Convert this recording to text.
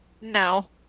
No